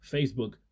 Facebook